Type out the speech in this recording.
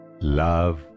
love